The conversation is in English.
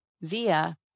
via